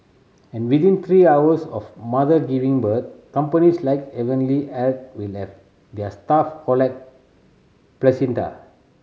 and within three hours of mother giving birth companies like Heavenly Health will have their staff collect placenta